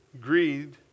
greed